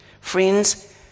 Friends